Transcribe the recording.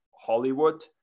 Hollywood